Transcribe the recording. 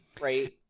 right